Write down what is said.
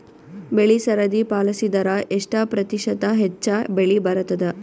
ಬೆಳಿ ಸರದಿ ಪಾಲಸಿದರ ಎಷ್ಟ ಪ್ರತಿಶತ ಹೆಚ್ಚ ಬೆಳಿ ಬರತದ?